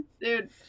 dude